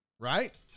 Right